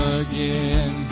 again